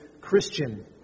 Christian